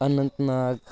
Anant Nag